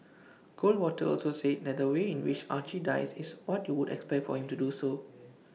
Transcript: goldwater also said that the way in which Archie dies is what you would expect of him to do so